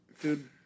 Dude